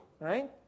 right